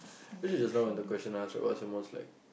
actually just now when the question right what's your like